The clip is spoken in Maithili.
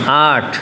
आठ